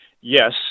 yes